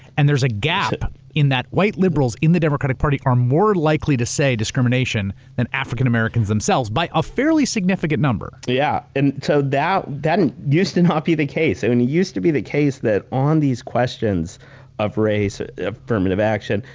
and there's a gap in that white liberals in the democratic party are more likely to say discrimination than african-americans themselves by a fairly significant number. yeah. and so that used to not be the case. i mean, it used to be the case that on these questions of race, affirmative action,